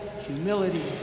humility